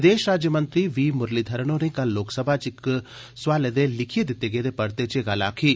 विदेश राज्यमंत्री वी मुरलीघरण होरें कल लोकसभा च इक सोआलै दे लिखियै दित्ते गेदे परते च एह् गल्ल आखी ऐ